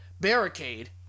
barricade